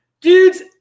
Dudes